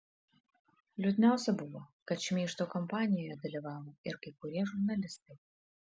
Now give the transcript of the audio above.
liūdniausia buvo kad šmeižto kampanijoje dalyvavo ir kai kurie žurnalistai